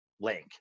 link